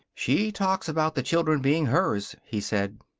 she talks about the children being hers, he said.